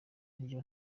iyo